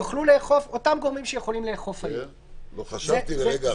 יוכלו לאכוף אותם גורמים שיכולים לאכוף היום -- לא חשבתי לרגע אחרת.